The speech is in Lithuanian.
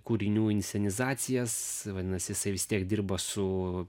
kūrinių inscenizacijas vadinasi jisai vis tiek dirba su